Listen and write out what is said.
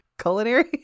Culinary